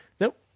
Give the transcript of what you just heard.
Nope